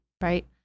Right